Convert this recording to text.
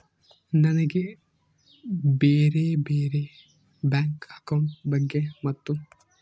ನನಗೆ ಬ್ಯಾರೆ ಬ್ಯಾರೆ ಬ್ಯಾಂಕ್ ಅಕೌಂಟ್ ಬಗ್ಗೆ ಮತ್ತು?